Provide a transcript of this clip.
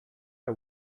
are